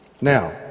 Now